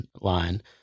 line